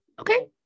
okay